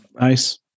nice